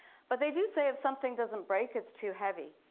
but they do say if something doesn't break, it's too heavy.